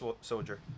Soldier